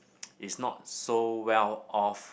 is not so well off